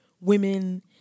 women